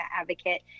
Advocate